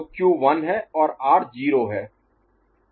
Q 1 है और R 0 है